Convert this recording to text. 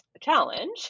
challenge